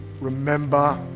remember